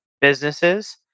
Businesses